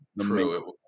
True